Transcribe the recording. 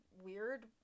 weird